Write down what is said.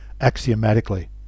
axiomatically